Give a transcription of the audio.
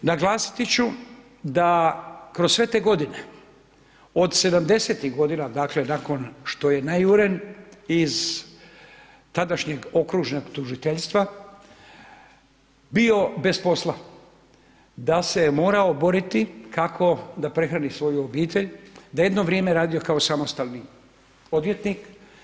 Naglasiti ću da kroz sve te godine od sedamdesetih godina, dakle nakon što je najuren iz tadašnjeg Okružnog tužiteljstva bio bez posla, da se morao boriti kako da prehrani svoju obitelj, da je jedno vrijeme radio kao samostalni odvjetnik.